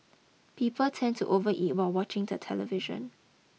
people tend to overeat while watching the television